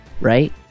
right